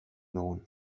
dugun